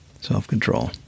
Self-control